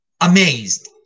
amazed